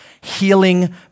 healing